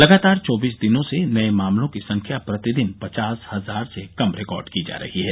लगातार चौबीस दिनों से नए मामलों की संख्या प्रतिदिन पचास हजार से कम रिकार्ड की जा रही है